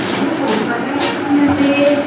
हो हो वरायटीमध्ये